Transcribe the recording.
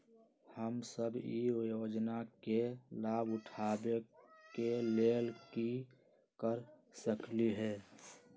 हम सब ई योजना के लाभ उठावे के लेल की कर सकलि ह?